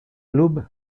club